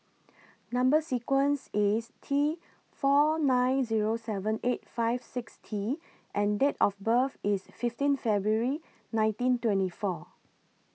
Number sequence IS T four nine Zero seven eight five six T and Date of birth IS fifteen February nineteen twenty four